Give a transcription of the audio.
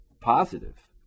Positive